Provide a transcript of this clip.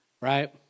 Right